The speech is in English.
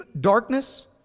darkness